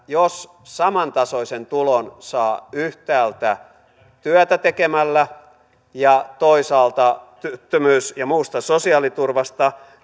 jos samantasoisen tulon saa yhtäältä työtä tekemällä ja toisaalta työttömyys ja muusta sosiaaliturvasta